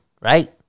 right